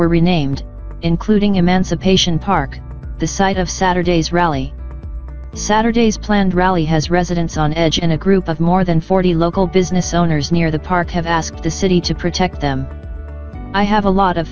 were renamed including emancipation park the site of saturday's rally saturday's planned rally has residents on edge and a group of more than forty local business owners near the park have asked the city to protect them i have a lot of